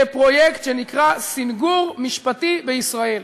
לפרויקט שנקרא "סִנגור משפטי" בישראל.